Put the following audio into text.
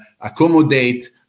accommodate